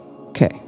okay